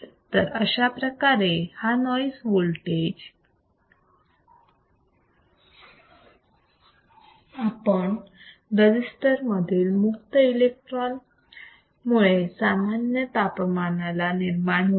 तर अशाप्रकारे हा नॉईज वोल्टेज रजिस्टर्स मधील मुक्त इलेक्ट्रॉन्स मुळे सामान्य तापमानाला निर्माण होतो